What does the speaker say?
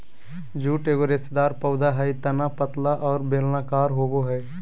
jute एगो रेशेदार पौधा हइ तना पतला और बेलनाकार होबो हइ